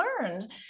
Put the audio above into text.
learned